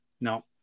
No